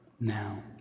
now